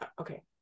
okay